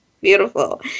beautiful